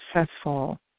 successful